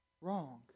wrong